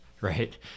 Right